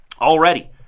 already